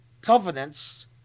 covenants